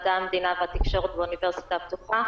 מדעי המדינה והתקשורת באוניברסיטה הפתוחה.